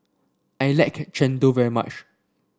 I like Chendol very much